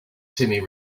timmy